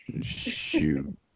Shoot